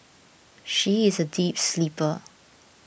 she is a deep sleeper